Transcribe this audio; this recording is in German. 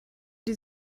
die